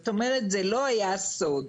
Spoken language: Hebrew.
זאת אומרת זה לא היה סוד.